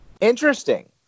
Interesting